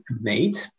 made